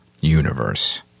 universe